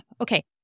okay